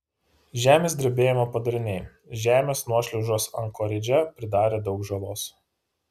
žemės drebėjimo padariniai žemės nuošliaužos ankoridže pridarė daug žalos